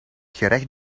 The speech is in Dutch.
gerecht